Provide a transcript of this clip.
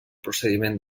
procediment